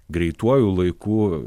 greituoju laiku